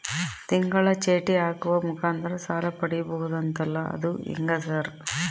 ತಿಂಗಳ ಚೇಟಿ ಹಾಕುವ ಮುಖಾಂತರ ಸಾಲ ಪಡಿಬಹುದಂತಲ ಅದು ಹೆಂಗ ಸರ್?